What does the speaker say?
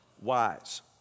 wise